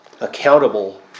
accountable